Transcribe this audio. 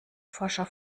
forscher